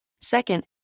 Second